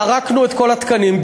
סרקנו את כל התקנים,